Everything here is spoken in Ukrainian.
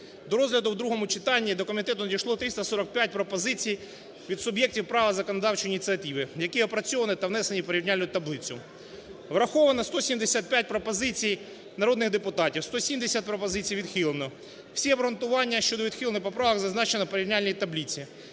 до розгляду у другому читанні до комітету надійшло 345 пропозицій від суб'єктів права законодавчої ініціативи, які опрацьовані та внесені в порівняльну таблицю. Враховано 175 пропозицій народних депутатів, 170 пропозицій відхилено, всі обґрунтування щодо відхилених поправок зазначені в порівняльній таблиці.